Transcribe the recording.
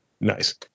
Nice